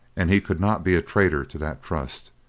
and he could not be traitor to that trust.